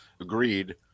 Agreed